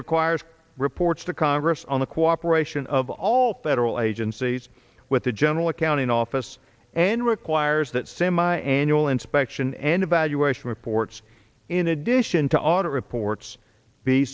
requires reports to congress on the cooperation of all federal agencies with the general accounting office and requires that semi annual inspection and evaluation reports in addition to audit reports be